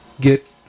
get